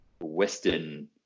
Western